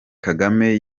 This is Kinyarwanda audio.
kagame